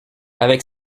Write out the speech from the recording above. avec